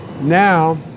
now